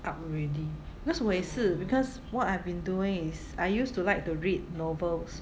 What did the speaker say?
up already because 我也是 because what I've been doing is I used to like to read novels